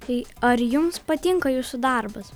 tai ar jums patinka jūsų darbas